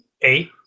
eight